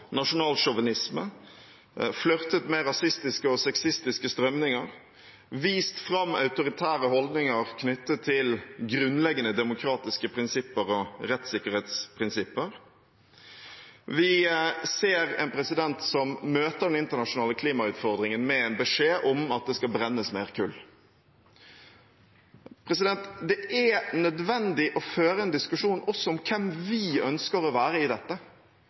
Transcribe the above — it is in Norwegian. med rasistiske og sexistiske strømninger og har vist fram autoritære holdninger knyttet til grunnleggende demokratiske prinsipper og rettssikkerhetsprinsipper. Vi ser en president som møter den internasjonale klimautfordringen med en beskjed om at det skal brennes mer kull. Det er nødvendig å føre en diskusjon også om hvem vi ønsker å være i dette,